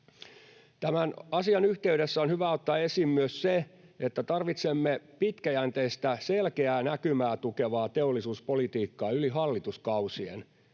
Tämän asian yhteydessä on hyvä ottaa esiin myös se, että tarvitsemme pitkäjänteistä, selkeää näkymää tukevaa teollisuuspolitiikkaa yli hallituskausien.